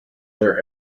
their